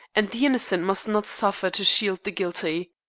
and the innocent must not suffer to shield the guilty.